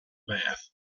bath